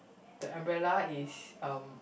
the umbrella is um